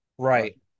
Right